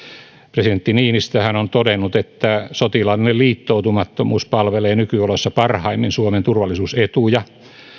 presidentti niinistöhän on todennut että sotilaallinen liittoutumattomuus palvelee nykyoloissa parhaimmin suomen turvallisuusetuja